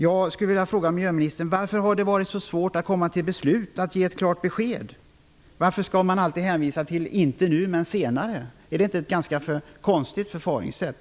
Jag skulle vilja fråga miljöministern: Varför har det varit så svårt att komma till beslut, att ge ett klart besked? Varför skall man alltid hänvisa till ''Inte nu, men senare''? Är det inte ett ganska konstigt förfaringssätt?